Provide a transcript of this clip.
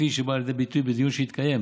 שבאה לידי ביטוי בדיון שהתקיים